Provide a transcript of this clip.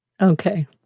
okay